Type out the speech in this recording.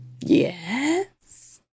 Yes